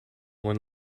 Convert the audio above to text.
when